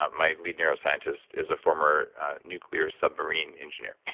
um my lead neuroscientist is a former nuclear submarine engineer.